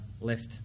left